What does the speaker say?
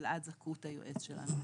ואלעד זכות היועץ שלנו.